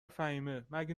فهیمهمگه